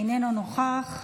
איננו נוכח,